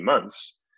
months